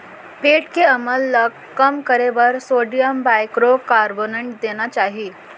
पेट के अम्ल ल कम करे बर सोडियम बाइकारबोनेट देना चाही